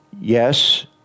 yes